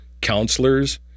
counselors